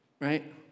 right